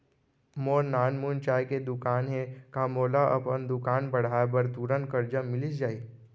मोर नानकुन चाय के दुकान हे का मोला अपन दुकान बढ़ाये बर तुरंत करजा मिलिस जाही?